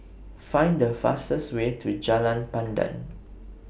Find The fastest Way to Jalan Pandan